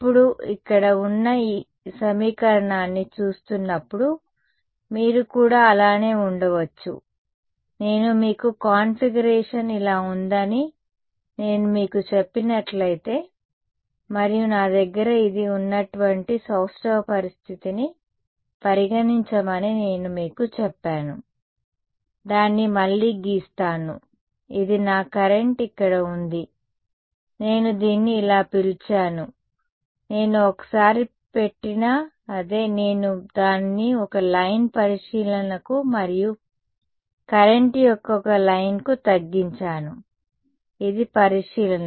ఇప్పుడు ఇక్కడ ఉన్న ఈ సమీకరణాన్ని చూస్తున్నప్పుడు మీరు కూడా అలానే ఉండవచ్చు నేను మీకు కాన్ఫిగరేషన్ ఇలా ఉందని నేను మీకు చెప్పనట్లయితే మరియు నా దగ్గర ఇది ఉన్నటువంటి సౌష్టవ పరిస్థితిని పరిగణించమని నేను మీకు చెప్పాను దాన్ని మళ్ళీ గీస్తాను ఇది నా కరెంట్ ఇక్కడ ఉంది నేను దీన్ని ఇలా పిలిచాను నేను ఒకసారి పెట్టినా అదే నేను దానిని ఒక లైన్ పరిశీలనకు మరియు కరెంట్ యొక్క ఒక లైన్కు తగ్గించాను ఇది పరిశీలన